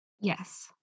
Yes